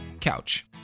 Couch